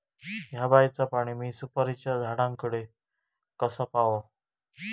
हया बायचा पाणी मी सुपारीच्या झाडान कडे कसा पावाव?